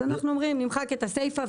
אז אנחנו אומרים שנמחק את הסיפה,